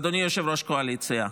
אדוני יושב-ראש הקואליציה,